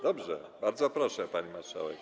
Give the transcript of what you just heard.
Dobrze, bardzo proszę, pani marszałek.